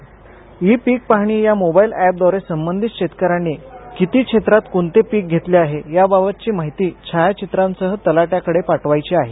E पीक पाहणी या मोबाइल एपद्वारे संबंधित शेतकऱ्याने किती क्षेत्रात कोणते पीक घेतले आहे याबाबतची माहिती छायाचित्रासह तलाठय़ाकडे पाठवायची आहे